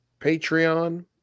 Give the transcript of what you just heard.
Patreon